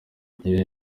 ibihe